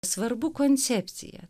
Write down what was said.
svarbu koncepcija